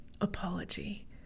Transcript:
apology